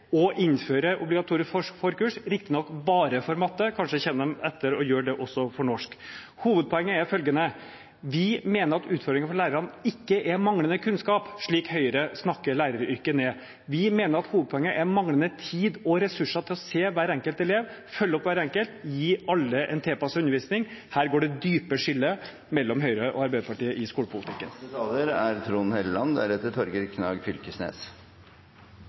forkurs, riktignok bare for matte, kanskje kommer de etter og gjør det også for norsk. Hovedpoenget er følgende: Vi mener at utfordringene for lærerne ikke er manglende kunnskap, slik Høyre snakker læreryrket ned, vi mener at hovedpoenget er manglende tid og ressurser til å se hver enkelt elev, følge opp hver enkelt, gi alle en tilpasset undervisning. Her går det dype skillet mellom Høyre og Arbeiderpartiet i skolepolitikken. Det er alltid spennende med en trontaledebatt når det er